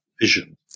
vision